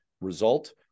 result